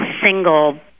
single